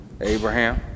Abraham